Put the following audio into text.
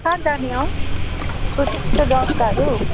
कहाँ जाने हौ सोचेको छौ जग्गाहरू